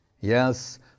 Yes